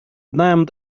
damned